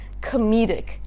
comedic